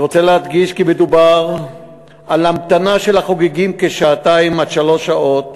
אני רוצה להדגיש כי מדובר על המתנה של החוגגים כשעתיים עד שלוש שעות